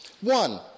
One